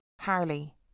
Harley